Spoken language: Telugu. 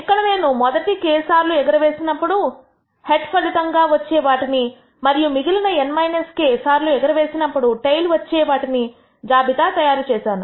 ఇక్కడ నేను మొదటి k సార్లు ఎగరవేసినప్పుడు హెడ్ ఫలితంగా వచ్చే వాటిని మరియు మిగిలిన n k సార్లు ఎగరవేసినప్పుడు టెయిల్ వచ్చే వాటిని జాబితా తయారుచేశాను